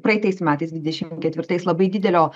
praeitais metais dvidešim ketvirtais labai didelio